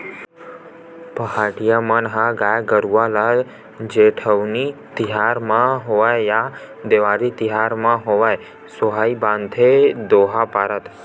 पहाटिया मन ह गाय गरुवा ल जेठउनी तिहार म होवय या देवारी तिहार म होवय सोहई बांधथे दोहा पारत